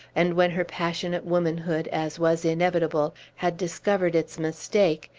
and when her passionate womanhood, as was inevitable, had discovered its mistake,